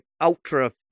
Ultra